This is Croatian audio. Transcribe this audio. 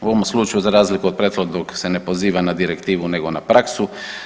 U ovom slučaju za razliku od prethodnog se ne poziva na direktivu nego na praksu.